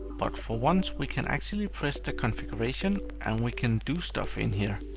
but for once, we can actually press the configuration, and we can do stuff in here.